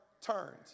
turned